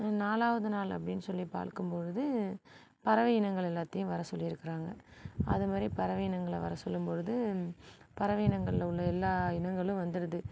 நாலாவது நாள் அப்டின்னு சொல்லி பார்க்கும்பொழுது பறவை இனங்கள் எல்லாத்தையும் வர சொல்லியிருக்குறாங்க அது மாதிரி பறவை இனங்களை வர சொல்லும்பொழுது பறவை இனங்களில் உள்ள எல்லா இனங்களும் வந்திருது